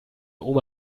oma